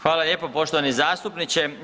Hvala lijepo poštovani zastupniče.